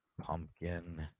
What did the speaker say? pumpkin